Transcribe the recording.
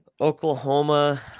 Oklahoma